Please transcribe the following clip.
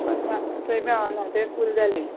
पूण थंय मेवना थंय फूल जाले